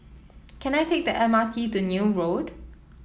can I take the M R T to Neil Road